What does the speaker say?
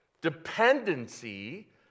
Dependency